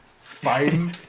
fighting